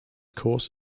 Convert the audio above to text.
course